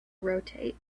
rotate